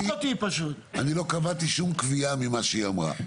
אני לא קבעתי שום קביעה ממה שהיא אמרה.